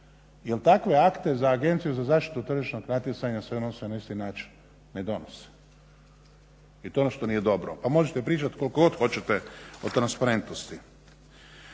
Jel takve akte za Agenciju za zaštitu tržišnog natjecanja se … isti način ne donose. I to je ono što nije dobro pa možete pričati koliko god hoćete o transparentnosti.